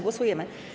Głosujemy.